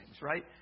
right